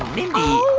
ah mindy.